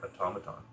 automaton